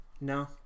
No